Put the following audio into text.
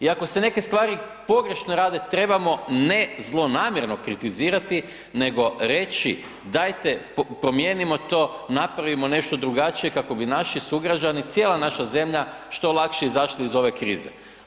I ako se neke stvari pogrešno rade trebamo ne zlonamjerno kritizirati nego reći, dajte promijenimo to, napravimo nešto drugačije kako bi naši sugrađani, cijela naša zemlja što lakše izašli iz ove krize.